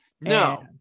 no